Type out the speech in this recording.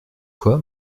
quoi